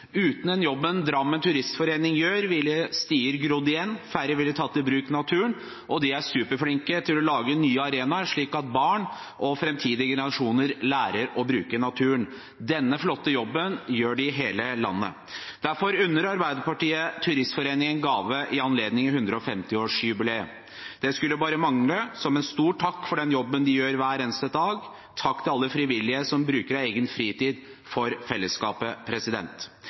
Uten den jobben Turistforeningen gjør i Drammen, ville stier grodd igjen, færre ville tatt i bruk naturen. De er superflinke til å lage nye arenaer, slik at barn og framtidige generasjoner lærer å bruke naturen. Denne flotte jobben gjør de i hele landet. Derfor unner Arbeiderpartiet Turistforeningen en gave i anledning 150-årsjubileet – det skulle bare mangle – som en stor takk for den jobben de gjør hver eneste dag. Takk til alle frivillige som bruker av egen fritid for fellesskapet!